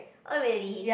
oh really